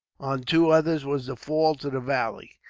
two others was the fall to the valley,